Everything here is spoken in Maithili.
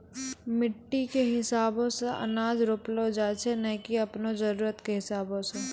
मिट्टी कॅ हिसाबो सॅ अनाज रोपलो जाय छै नै की आपनो जरुरत कॅ हिसाबो सॅ